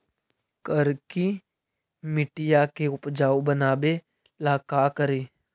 करिकी मिट्टियां के उपजाऊ बनावे ला का करी?